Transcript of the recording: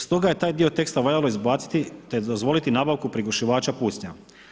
Stoga je taj dio teksta valjalo izbaciti te dozvoliti nabavku prigušivača pucnja.